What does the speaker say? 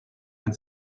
and